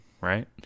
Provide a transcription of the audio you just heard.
right